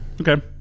Okay